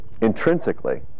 intrinsically